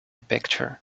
picture